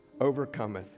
overcometh